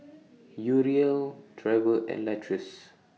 Uriel Trever and Latrice